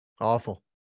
Awful